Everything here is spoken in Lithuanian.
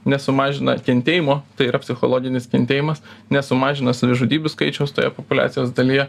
nesumažina kentėjimo tai yra psichologinis kentėjimas nesumažina savižudybių skaičiaus toje populiacijos dalyje